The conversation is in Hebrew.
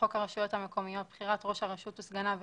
חוק הרשויות המקומיות (בחירת ראש הרשות וסגניו וכהונתם),